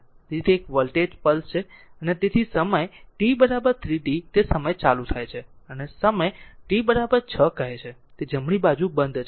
તેથી તે એક વોલ્ટેજ પલ્સ છે તેથી સમય t 3t તે ચાલુ થાય છે અને સમય t 6 કહે છે તે જમણી બાજુ બંધ છે